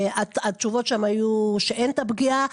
התשובות היו שאין את הפגיעה,